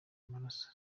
amaraso